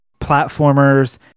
platformers